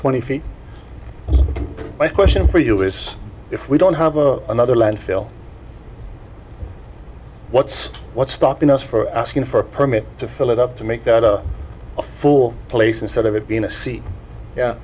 twenty feet my question for you is if we don't have a another landfill what's what's stopping us for asking for a permit to fill it up to make a fool place instead of it being a